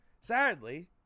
Sadly